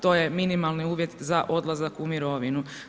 To je minimalni uvjet za odlazak u mirovinu.